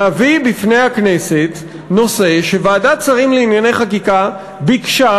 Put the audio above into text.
להביא בפני הכנסת נושא שוועדת שרים לענייני חקיקה ביקשה